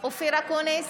אופיר אקוניס,